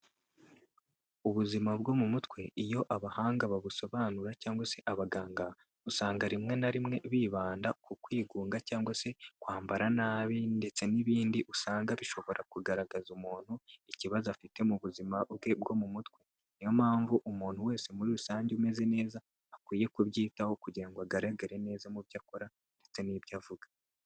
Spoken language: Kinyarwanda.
Ubuzima bwo mu mutwe iyo abahanga babusobanura cyangwa se abaganga, usanga rimwe na rimwe bibanda ku kwigunga cyangwa se kwambara nabi ndetse n'ibindi usanga bishobora kugaragaza umuntu ikibazo afite mu buzima bwe bwo mu mutwe. Niyo mpamvu umuntu wese muri rusange umeze neza akwiye kubyitaho kugira ngo agaragare neza mu byo akora ndetse n'ibyo avuga.